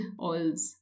oils